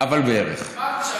לא בדיוק.